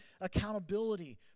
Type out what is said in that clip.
accountability